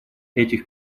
этих